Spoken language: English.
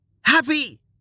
Happy